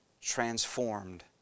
transformed